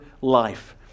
life